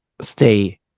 stay